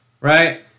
right